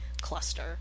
cluster